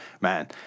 man